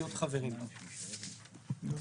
לרבות בדרך של הבעת אי-אמון לפי סעיף 28,